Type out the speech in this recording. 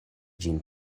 ĝin